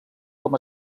com